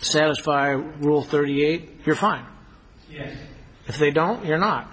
satisfy rule thirty eight you're fine if they don't you're not